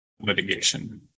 litigation